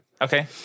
Okay